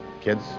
kids